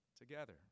together